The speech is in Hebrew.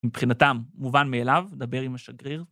מבחינתם מובן מאליו, דבר עם השגריר.